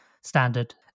standard